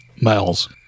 miles